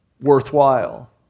worthwhile